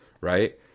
right